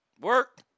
Work